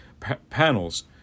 Panels